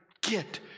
get